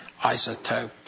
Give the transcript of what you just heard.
isotope